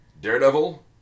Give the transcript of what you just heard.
Daredevil